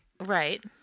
Right